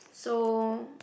so